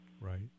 Right